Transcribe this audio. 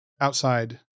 outside